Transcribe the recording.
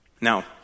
Now